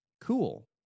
Cool